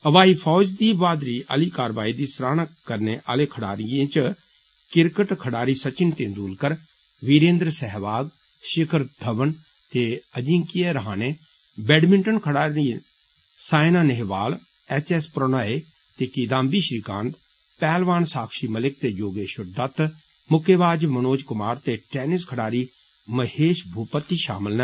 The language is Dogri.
ब्हाई फौज दी बहादुरी आली कारवाई दी सराहना करने आले खडारिएं च क्रिकेट खड़ारी सचिन तेंदुलकर विरेन्दं सहवाग षिखर धवन ते अचिंक्यि रहाणे बैडमिंटन खडारी सायना नेहवाल एच सी प्रणॉय ते किदांबी श्रीकांत पैहलवान साक्षी मलिक ते योगेष्वर दत्त मुक्केबाज मनोज कुमार ते टैनिस खडारी महेष भूपति षामल न